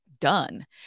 done